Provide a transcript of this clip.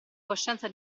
coscienza